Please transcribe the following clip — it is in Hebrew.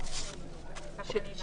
כהוראת שעה בלבד,